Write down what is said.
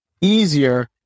easier